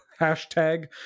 hashtag